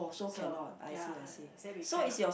so ya I say we cannot